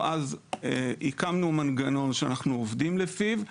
הקמנו מנגנון שאנחנו עובדים לפיו,